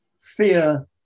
fear